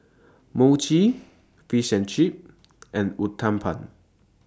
Mochi Fish and Chips and Uthapam